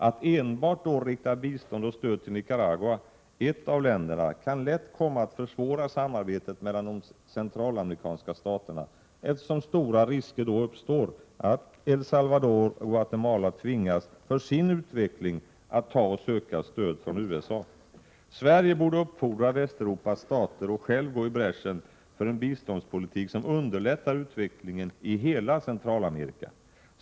Att enbart rikta bistånd och stöd till Nicaragua, ett av länderna, kan lätt komma att försvåra samarbetet mellan de centralamerikanska staterna, eftersom stora risker då uppstår, att El Salvador och Guatemala tvingas, för sin utveckling, att ta och söka stöd från USA. Sverige borde uppfordra Västeuropas stater och självt gå i bräschen för en biståndspolitik som underlättar utveckligen i hela Centralamerika.